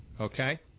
okay